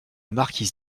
marquise